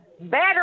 better